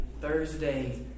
Thursday